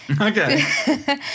Okay